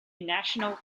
national